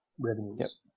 revenues